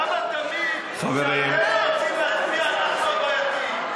למה תמיד כשאתם לא רוצים להצביע אנחנו הבעייתיים?